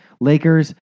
Lakers